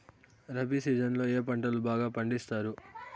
rabi season లో ఏ పంటలు బాగా పండిస్తారు